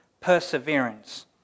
perseverance